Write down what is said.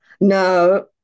No